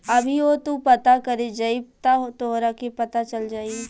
अभीओ तू पता करे जइब त तोहरा के पता चल जाई